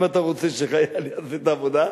אם אתה רוצה שחייל יעשה את העבודה,